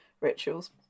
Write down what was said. rituals